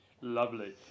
Lovely